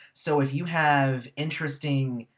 so if you have interesting.